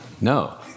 No